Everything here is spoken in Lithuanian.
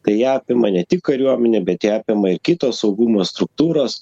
tai ją apima ne tik kariuomenė bet ją apima ir kitos saugumo struktūros